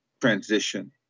transition